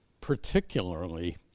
particularly